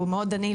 והוא מאוד עני,